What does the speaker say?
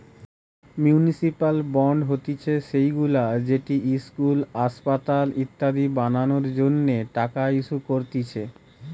municipal bond হতিছে সেইগুলা যেটি ইস্কুল, আসপাতাল ইত্যাদি বানানোর জন্য টাকা ইস্যু করতিছে